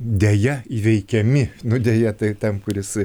deja įveikiami nu deja tai tam kuris